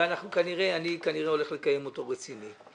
ואני כנראה הולך לקיים אותו רציני.